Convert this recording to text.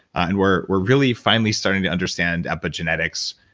and we're we're really finally starting to understand epigenetics.